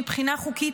מבחינה חוקית,